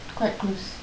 quite close